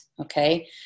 okay